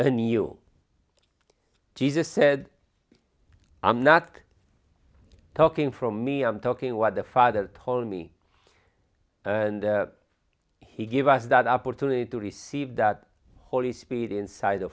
a new jesus said i'm not talking from me i'm talking what the father told me and he gave us that opportunity to receive that holy spirit inside of